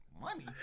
Money